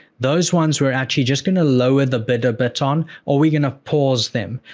those ones, we're actually just going to lower the bid a bit on, or we're going to pause them.